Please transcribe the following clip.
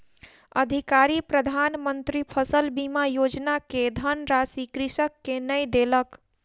अधिकारी प्रधान मंत्री फसल बीमा योजना के धनराशि कृषक के नै देलक